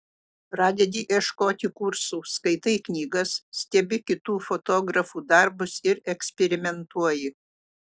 pradedi ieškoti kursų skaitai knygas stebi kitų fotografų darbus ir eksperimentuoji